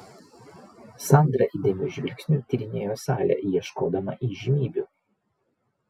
sandra įdėmiu žvilgsniu tyrinėjo salę ieškodama įžymybių